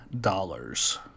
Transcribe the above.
dollars